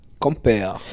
Compare